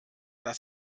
das